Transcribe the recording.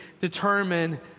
determine